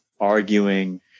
arguing